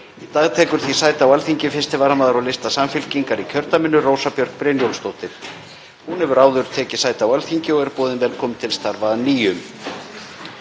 tekur því sæti á Alþingi 1. varamaður á lista Samfylkingar í kjördæminu, Rósa Björk Brynjólfsdóttir. Hún hefur áður tekið sæti á Alþingi og er boðin velkomin til starfa að nýju.